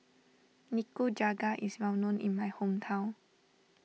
Nikujaga is well known in my hometown